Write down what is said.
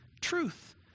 truth